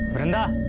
and